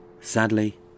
Sadly